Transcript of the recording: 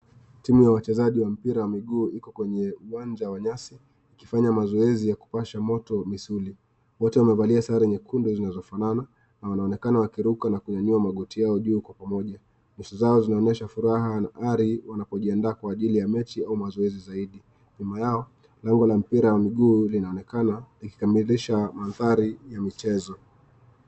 Timu ya wachezaji wa mpira ya miguu iko kwenye uwanja wa nyasi, ikifanya mazoezi ya kupasha moto misuri .Wote wamevalia sare nyekundu zinazo fanana na wanaonekana wakiruka na kunyanyua magoti yao juu kwa pamoja. Nyuso zao zinaonyesha furaha naali wanapojiandaa kwa ajili ya mechi au mazoezi zaidi .Nyuma yao lango la mpira wa miguu linaonekana likikamilisha madhari ya michezo.